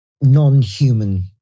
non-human